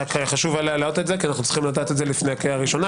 היה חשוב להעלות את זה כי אנו צריכים לדעת זאת לפני הקריאה הראשונה,